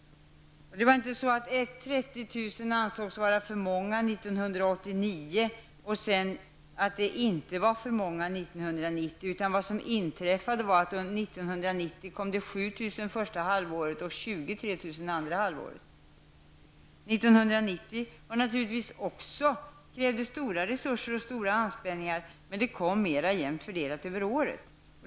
Det var inte så att 30 000 asylsökande ansågs vara för många 1989 men inte 1990, utan vad som inträffade var att det år 1989 kom 7 000 första halvåret och 23 000 andra halvåret. Också år 1990 åtgick stora resurser och krävdes stora ansträngningar, men flyktingströmmen var mera jämnt fördelad över året.